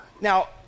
Now